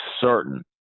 certain